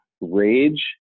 rage